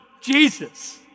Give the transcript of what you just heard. Jesus